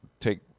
take